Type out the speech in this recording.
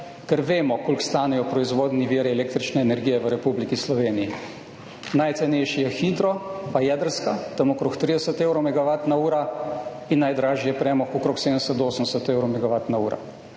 ker vemo koliko stanejo proizvodni viri električne energije v Republiki Sloveniji. Najcenejši je hitro, pa jedrska, tam okrog 30 evrov megavatna ura in najdražje premog, okrog 70 do 80 evrov megavatna ura.